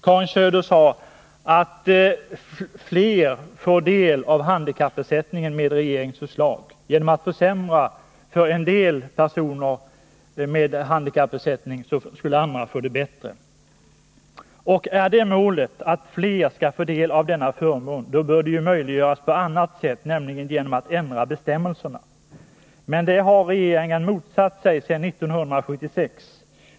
Karin Söder sade att fler får del av handikappersättningen genom regeringens förslag, dvs. genom att man försämrar för en del personer med handikappersättning skulle andra få det bättre. Är det målet att fler skall få del av denna förmån bör det möjliggöras på annat sätt, nämligen genom att bestämmelserna ändras. Men det har regeringen motsatt sig sedan 1976.